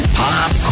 pop